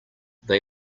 they